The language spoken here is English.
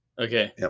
okay